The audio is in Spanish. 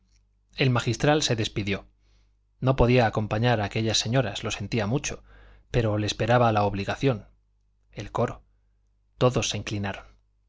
el magistral se despidió no podía acompañar a aquellas señoras lo sentía mucho pero le esperaba la obligación el coro todos se inclinaron